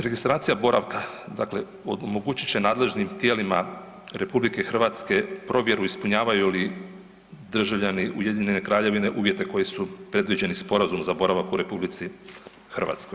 Registracija boravka, dakle omogućit će nadležnim tijelima RH provjeru ispunjavaju li državljani Ujedinjene Kraljevine uvjete koji su predviđeni sporazumom za boravak u RH.